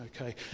Okay